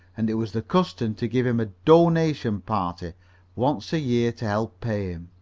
and it was the custom to give him a donation party once a year to help pay him.